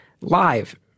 live